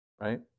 right